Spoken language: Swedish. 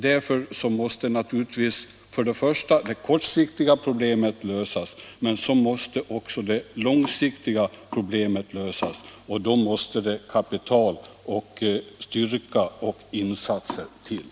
Därför måste naturligtvis först och främst det kortsiktiga problemet lösas och därefter det långsiktiga. Då måste det kapital, styrka och insatser till.